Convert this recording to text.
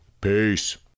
Peace